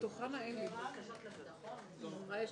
שנייה ובקריאה שלישית.